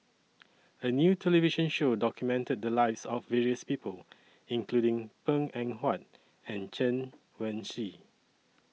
A New television Show documented The Lives of various People including Png Eng Huat and Chen Wen Hsi